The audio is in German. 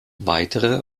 weitere